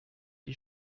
die